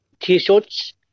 T-shirts